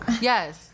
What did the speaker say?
Yes